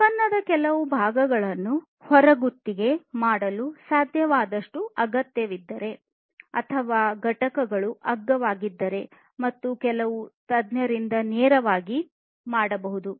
ಉತ್ಪನ್ನದ ಕೆಲವು ಭಾಗಗಳನ್ನು ಹೊರಗುತ್ತಿಗೆ ಮಾಡಲು ಸಾಧ್ಯವಾದಷ್ಟು ಅಗತ್ಯವಿದ್ದರೆ ಅಥವಾ ಘಟಕಗಳು ಅಗ್ಗವಾಗಿದ್ದರೆ ಮತ್ತು ಕೆಲವು ತಜ್ಞರಿಂದ ವೇಗವಾಗಿ ಮಾಡಬಹುದು